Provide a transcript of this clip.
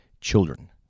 children